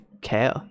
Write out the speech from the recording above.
care